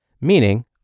meaning